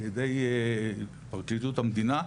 על ידי פרקליטות המדינה,